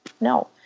no